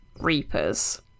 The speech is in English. Reapers